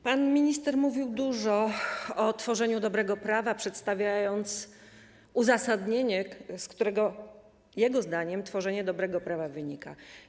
Pan minister mówił dużo o tworzeniu dobrego prawa, przedstawiając uzasadnienie, z którego jego zdaniem tworzenie dobrego prawa wynika.